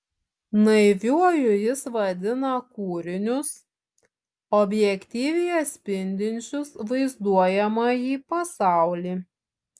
naiviuoju jis vadina kūrinius objektyviai atspindinčius vaizduojamąjį pasaulį